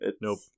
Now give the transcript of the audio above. Nope